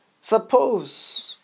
Suppose